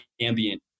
ambient